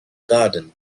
garden